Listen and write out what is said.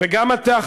וגם אתה,